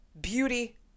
beauty